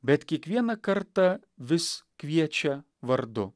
bet kiekvieną kartą vis kviečia vardu